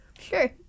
sure